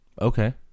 Okay